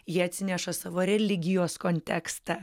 jie atsineša savo religijos kontekstą